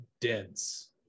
dense